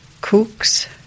cooks